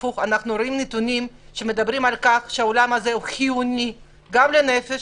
אנחנו רואים נתונים שמדברים על כך שהעולם הזה הוא חיוני גם לנפש